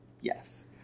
Yes